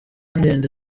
ndende